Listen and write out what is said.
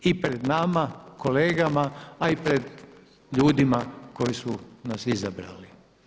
I pred nama kolegama a i pred ljudima koji su nas izabrali.